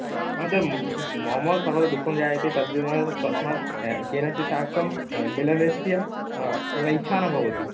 हा तद् म मम सर्वदा दुःखं जायते तद् वा तस्मात् केनचित् साकं मिलनस्य इच्छा न भवति